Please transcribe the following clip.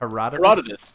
Herodotus